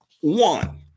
One